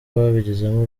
ababigizemo